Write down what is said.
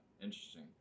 interesting